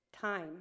Time